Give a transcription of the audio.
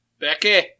Becky